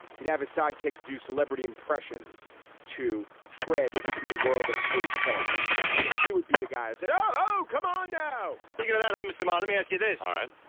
he'd have his sidekicks do celebrity impressions to tread into the world of insults. and then he would be the guys. and oh, come on now you know that i miss them. ah let me ask you this. right.